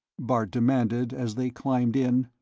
bart demanded, as they climbed in,